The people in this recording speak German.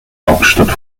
hauptstadt